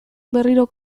berriro